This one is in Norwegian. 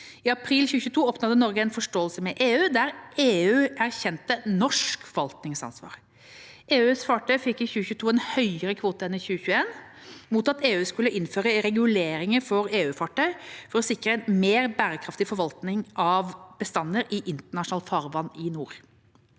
I april 2022 oppnådde Norge en forståelse med EU, der EU erkjente norsk forvaltningsansvar. EU-fartøy fikk i 2022 en høyere kvote enn i 2021 mot at EU skulle innføre reguleringer for EU-fartøy for å sikre en mer bærekraftig forvaltning av bestander i internasjonalt farvann i nord.